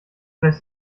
lässt